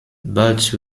but